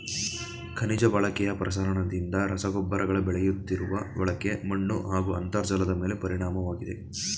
ಖನಿಜ ಬಳಕೆಯ ಪ್ರಸರಣದಿಂದ ರಸಗೊಬ್ಬರಗಳ ಬೆಳೆಯುತ್ತಿರುವ ಬಳಕೆ ಮಣ್ಣುಹಾಗೂ ಅಂತರ್ಜಲದಮೇಲೆ ಪರಿಣಾಮವಾಗಿದೆ